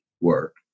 work